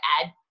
add